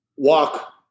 Walk